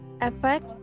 Effect